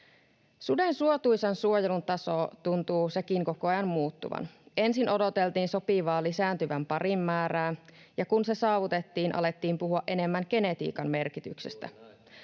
Suden suotuisan suojelun taso tuntuu sekin koko ajan muuttuvan. Ensin odoteltiin sopivaa lisääntyvän parin määrää, ja kun se saavutettiin, alettiin puhua enemmän genetiikan merkityksestä.